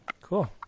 Cool